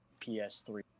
PS3